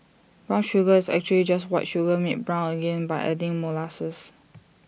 brown sugar is actually just white sugar made brown again by adding molasses